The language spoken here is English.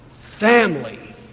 family